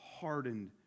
hardened